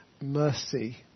mercy